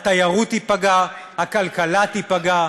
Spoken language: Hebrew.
התיירות תיפגע, הכלכלה תיפגע,